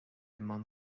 mbun